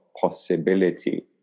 possibility